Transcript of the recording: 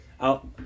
out